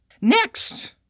Next